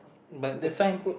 but a